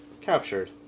Captured